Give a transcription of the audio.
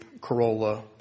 Corolla